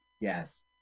Yes